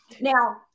Now